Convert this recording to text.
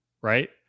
right